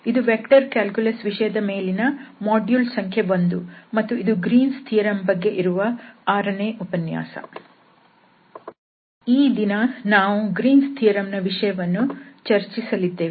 ಈ ದಿನ ನಾವು ಗ್ರೀನ್ಸ್ ಥಿಯರಂ Green's theorem ನ ವಿಷಯವನ್ನು ಚರ್ಚಿಸಲಿದ್ದೇವೆ